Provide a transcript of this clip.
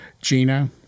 Gina